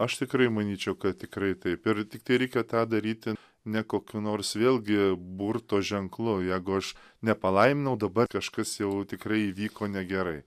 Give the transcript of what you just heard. aš tikrai manyčiau kad tikrai taip ir tiktai reikia tą daryti ne kokiu nors vėlgi burto ženklu jeigu aš nepalaiminau dabar kažkas jau tikrai įvyko negerai